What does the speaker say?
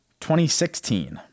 2016